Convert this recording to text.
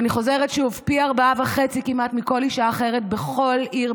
ואני חוזרת שוב: פי 4.5 כמעט מכל אישה אחרת בכל עיר,